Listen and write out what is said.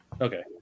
okay